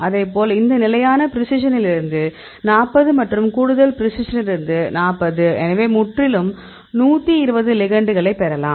அதேபோல் இந்த நிலையான பிரிசிஷனிலிருந்து 40 மற்றும் கூடுதல் பிரிசிஷனிலிருந்து 40 எனவே முற்றிலும் 120 லிகண்ட்களைப் பெறலாம்